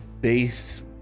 Base